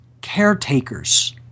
caretakers